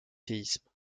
séismes